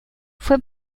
fue